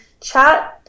chat